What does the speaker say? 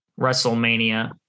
WrestleMania